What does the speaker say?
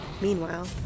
Meanwhile